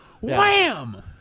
wham